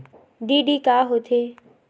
DD का होथे?